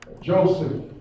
Joseph